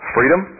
Freedom